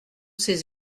ces